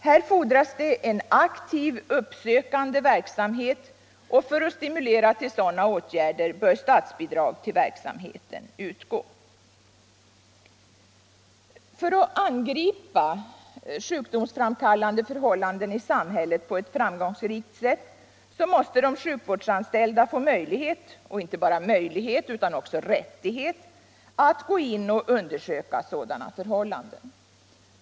Här fordras det en aktiv uppsökande verksamhet, och för att stimulera till sådana åtgärder bör statsbidrag till verksamheten utgå. För att kunna angripa sjukdomsframkallande förhållanden i samhället på ett framgångsrikt sätt måste de sjukvårdsanställda få möjlighet — och även rättighet — att gå in och undersöka sådana förhållanden.